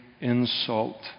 insult